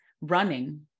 running